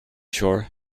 sure